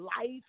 life